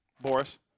Boris